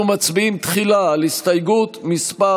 אנחנו מצביעים תחילה על הסתייגות מס'